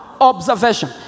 Observation